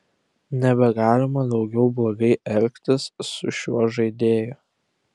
nebegalima daugiau blogai elgtis su šiuo žaidėju